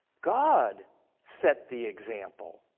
god set the example.